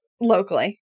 locally